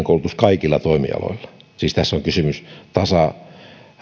koulutus kaikilla toimialoilla siis tässä on kysymys tasa